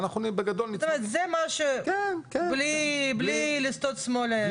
בלי לסטות שמאלה, ימינה?